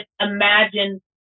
imagine